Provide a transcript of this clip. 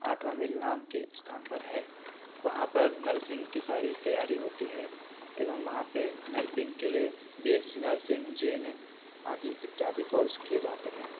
आठवाँ मिल नाम के स्थान पर है वहाँ पर नर्सिंग की सारी तैयारी होती है एवं वहाँ पर नर्सिंग के लिए B Sc nursing J N M आदि इत्यादि कोर्स किए जाते हैं